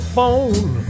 phone